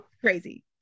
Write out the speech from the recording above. Crazy